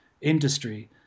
industry